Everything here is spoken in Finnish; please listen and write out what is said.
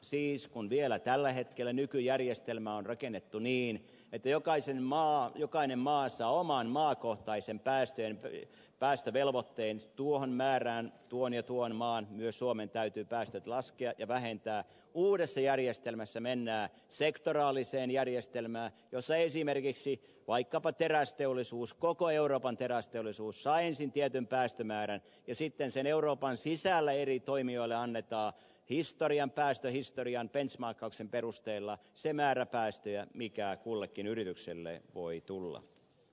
siis kun vielä tällä hetkellä nykyjärjestelmä on rakennettu niin että jokainen maa saa oman maakohtaisen päästövelvoitteensa tuohon määrään tuon ja tuon maan myös suomen täytyy päästöt laskea ja vähentää uudessa järjestelmässä mennään sektoraaliseen järjestelmään jossa esimerkiksi vaikkapa terästeollisuus koko euroopan terästeollisuus saa ensin tietyn päästömäärän ja sitten euroopan sisällä eri toimijoille annetaan historian päästöjen historian benchmarkkauksen perusteella se määrä päästöjä mikä kullekin yritykselle voi tulla